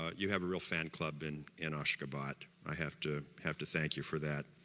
ah you have a real fan club in in ashgabat, i have to have to thank you for that